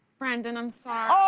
brendan, i'm sorry.